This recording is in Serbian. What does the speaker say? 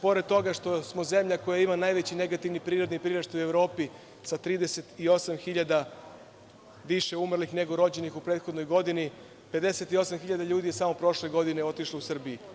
Pored toga što smo zemlja koja ima najveći negativni privredni priraštaj u Evropi sa 38 hiljada više umrlih nego rođenih u prethodnoj godini, 58 hiljada ljudi je samo prošle godine otišlo u Srbiji.